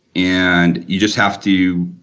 and you just have to,